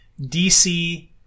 DC